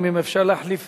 התשע"ב